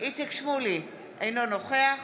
אינו נוכח